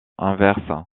inverse